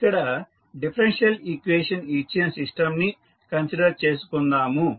ఇక్కడ differential equation ఇచ్చిన సిస్టంని కన్సిడర్ చేసుకుందాము